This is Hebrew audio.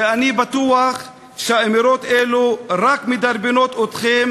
כי אני בטוח שאמירות אלה רק מדרבנות אתכם